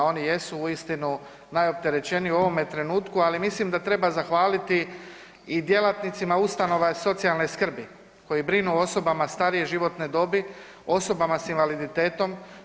Oni jesu uistinu najopterećeniji u ovome trenutku, ali mislim da treba zahvaliti i djelatnicima ustanova socijalne skrbi koji brinu o osobama starije živote dobi, osobama s invaliditetom.